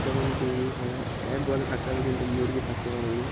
যেমন গরু ভেড়া এক গোয়ালে থাকতে পারবে কিন্তু মুরগি থাকতে পারবে না